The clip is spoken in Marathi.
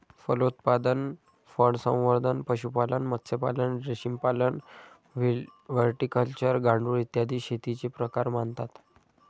फलोत्पादन, फळसंवर्धन, पशुपालन, मत्स्यपालन, रेशीमपालन, व्हिटिकल्चर, गांडूळ, इत्यादी शेतीचे प्रकार मानतात